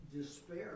despair